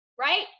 right